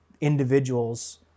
individuals